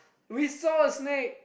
we saw a snake